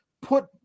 put